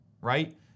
right